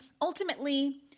ultimately